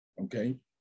okay